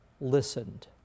listened